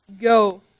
go